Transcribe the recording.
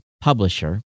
Publisher